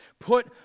Put